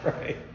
right